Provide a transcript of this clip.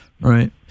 Right